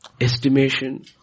Estimation